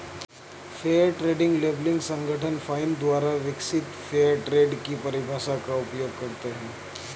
fair trade labelling संगठन फाइन द्वारा विकसित फेयर ट्रेड की परिभाषा का उपयोग करते हैं